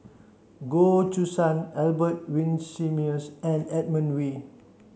Goh Choo San Albert Winsemius and Edmund Wee